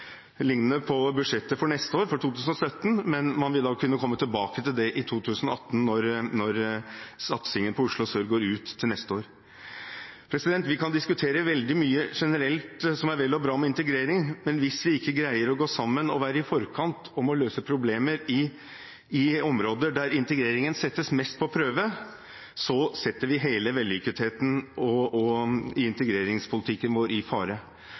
på budsjettet for neste år, for 2017, men man vil kunne komme tilbake til det i 2018, når satsingen på Oslo Sør går ut neste år. Vi kan diskutere veldig mye generelt som er vel og bra med integrering, men hvis vi ikke greier å gå sammen og være i forkant med å løse problemer i områder der integreringen settes mest på prøve, setter vi hele vellykketheten i integreringspolitikken i fare. Så vær så snill, andre partier – vurder å støtte forslag nr. 4 i